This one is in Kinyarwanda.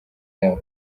yabo